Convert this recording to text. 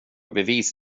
bevis